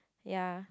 ya